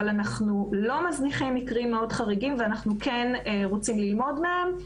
אנחנו לא מזניחים מקרים מאוד חריגים ואנחנו כן רוצים ללמוד מהם.